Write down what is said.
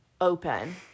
open